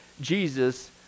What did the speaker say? Jesus